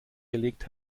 gelegt